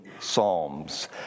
psalms